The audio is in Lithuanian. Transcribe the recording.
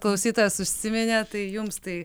klausytojas užsiminė tai jums tai